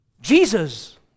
Jesus